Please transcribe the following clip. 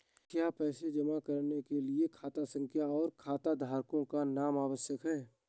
क्या पैसा जमा करने के लिए खाता संख्या और खाताधारकों का नाम आवश्यक है?